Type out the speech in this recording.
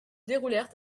déroulent